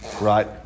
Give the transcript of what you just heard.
Right